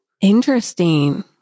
Interesting